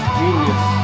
genius